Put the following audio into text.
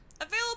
Available